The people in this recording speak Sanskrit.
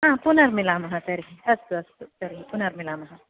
हा पुनर्मिलामः तर्हि अस्तु अस्तु तर्हि पुनर्मिलामः